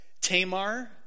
Tamar